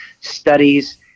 studies